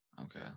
Okay